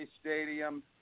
Stadium